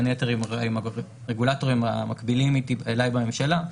ובין היתר עם הרגולטורים המקבילים אליי בממשלה,